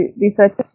research